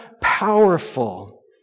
powerful